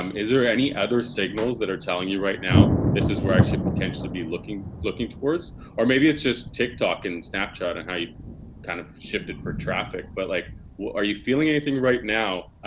um is there any other signals that are telling you right now this is where i should potentially be looking looking towards or maybe it's just tiktok and snapchat and how you kind of shifted for traffic, but like are you feeling anything right now?